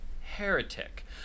heretic